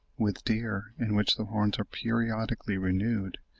with deer, in which the horns are periodically renewed,